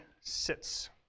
sits